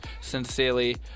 Sincerely